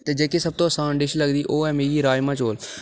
ते जेह्की सब तू असान डिश लगदी ओह् ऐ मिगी राजमां चौल